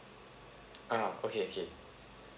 ah okay okay